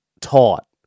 taught